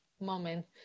moment